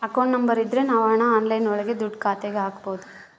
account number ಇದ್ರ ನಾವ್ ಹಣ ಆನ್ಲೈನ್ ಒಳಗ ದುಡ್ಡ ಖಾತೆಗೆ ಹಕ್ಬೋದು